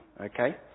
okay